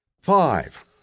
Five